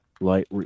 light